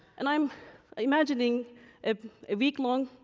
and i'm imagining a week long,